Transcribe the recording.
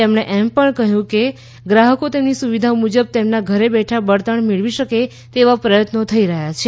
તેમણે એમ પણ કહ્યું કે ગ્રાહકો તેમનીસુવિધા મુજબ તેમના ઘરે બેઠાં બળતણ મેળવી શકે તેવા પ્રથત્નો થઈ રહ્યાં છે